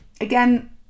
again